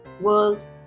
world